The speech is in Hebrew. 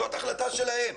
זאת החלטה שלהם,